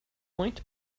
point